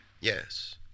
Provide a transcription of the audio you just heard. yes